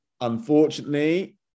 Unfortunately